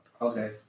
Okay